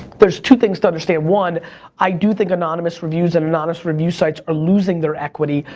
there's two things to understand, one i do think anonymous reviews, and anonymous review sites are losing their equity.